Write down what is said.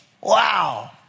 Wow